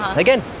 again,